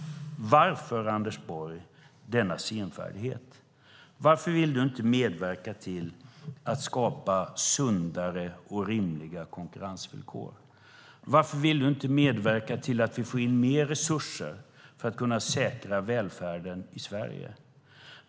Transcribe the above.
Varför, Anders Borg, denna senfärdighet? Varför vill du inte medverka till att skapa sundare och rimliga konkurrensvillkor? Varför vill du inte medverka till att vi får in mer resurser för att kunna säkra välfärden i Sverige?